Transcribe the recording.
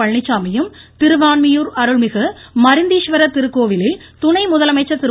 பழனிச்சாமியும் திருவான்மியூர் அருள்மிகு மருந்தீஸ்வரர் திருக்கோவிலில் துணை முதலமைச்சர் திரு